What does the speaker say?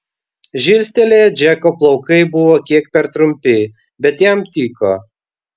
žilstelėję džeko plaukai buvo kiek per trumpi bet jam tiko